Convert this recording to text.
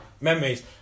memories